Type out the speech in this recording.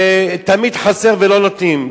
ותמיד חסר ולא נותנים.